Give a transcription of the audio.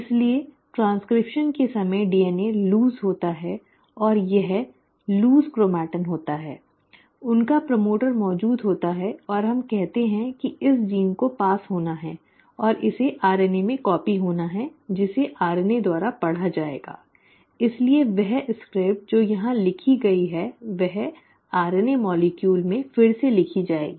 इसलिए ट्रांसक्रिप्शन के समय DNA ढीला होता है और यह ढीला क्रोमैटिन होता है उनका प्रमोटर मौजूद होता है और हम कहते हैं कि इस जीन को पास होना है और इसे RNA में कॉपी होना है जिसे RNA द्वारा पढ़ा जाएगा इसलिए वह स्क्रिप्ट जो यहां लिखी गई है वह RNA अणु में फिर से लिखी जाएगी